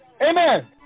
Amen